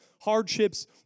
hardships